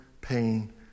pain